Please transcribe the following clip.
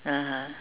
(uh huh)